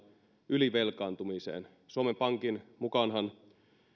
ylivelkaantumiseen suomen pankin mukaanhan